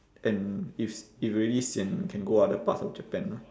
and if s~ if really sian can go other parts of japan lah